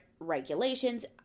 regulations